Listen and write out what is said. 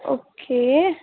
okay